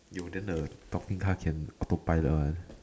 yo then the talking car can autopilot one